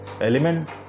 element